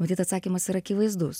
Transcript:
matyt atsakymas yra akivaizdus